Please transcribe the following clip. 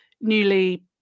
newly